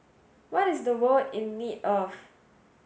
what is the world in need of